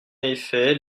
effet